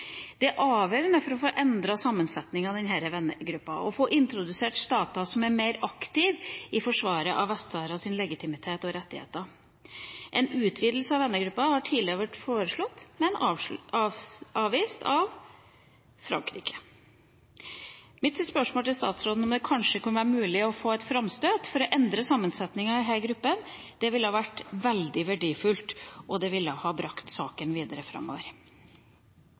Det er avgjørende for å få endret sammensetninga av denne vennegruppa å få introdusert stater som er mer aktive i forsvaret av Vest-Saharas legitimitet og rettigheter. En utvidelse av vennegruppa har tidligere blitt foreslått, men avvist av Frankrike. Mitt spørsmål til statsråden er om det kanskje kunne være mulig å gjøre et framstøt for å endre sammensetninga i denne gruppa. Det ville ha vært veldig verdifullt, og det ville ha brakt saken videre framover.